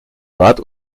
rad